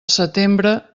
setembre